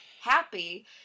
happy